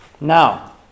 Now